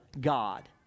God